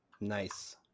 Nice